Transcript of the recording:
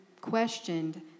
questioned